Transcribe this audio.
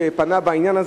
שפנה בעניין.